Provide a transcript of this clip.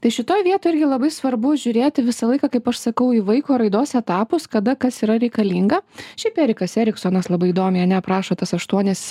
tai šitoj vietoj irgi labai svarbu žiūrėti visą laiką kaip aš sakau į vaiko raidos etapus kada kas yra reikalinga šiaip erikas eriksonas labai įdomiai ane aprašo tas aštuonias